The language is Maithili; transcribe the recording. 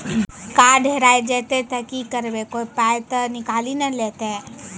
कार्ड हेरा जइतै तऽ की करवै, कोय पाय तऽ निकालि नै लेतै?